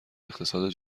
اقتصاد